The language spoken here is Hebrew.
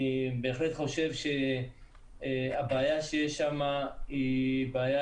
אני בהחלט חושב שהבעיה שיש שם היא בעיה